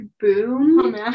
Boom